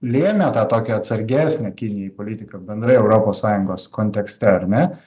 lėmė tą tokią atsargesnę kinijai politiką bendrai europos sąjungos kontekste ar ne